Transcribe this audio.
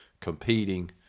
competing